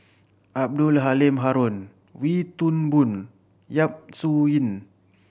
Abdul Halim Haron Wee Toon Boon Yap Su Yin